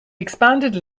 expanded